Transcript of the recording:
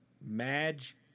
Madge